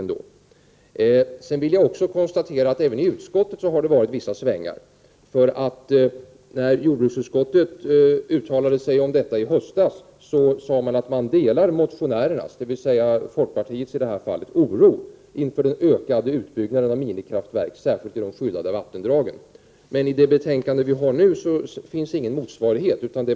Även i utskottet har det förekommit vissa svängar. När jordbruksutskottet uttalade sig i ärendet i höstas sade man att man delade motionärernas, dvs. folkpartiets, oro inför den ökade utbyggnaden av minikraftverk — särskilt i de skyddade vattendragen. Men i det betänkande vi nu debatterar finns det inget motsvarande uttalande.